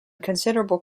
considerable